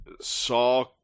saw